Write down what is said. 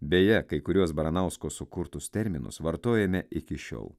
beje kai kuriuos baranausko sukurtus terminus vartojame iki šiol